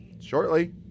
Shortly